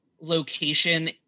location